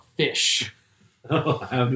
fish